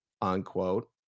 unquote